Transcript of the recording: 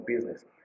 business